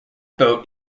boat